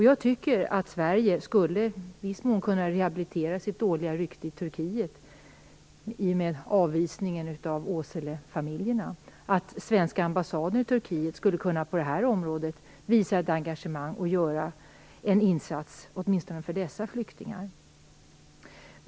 Jag tycker att Sverige i viss mån skulle kunna rehabilitera sitt dåliga rykte i Turkiet efter avvisningen av Åselefamiljerna genom att svenska ambassaden i Turkiet visade engagemang och gjorde en insats för åtminstone dessa flyktingar.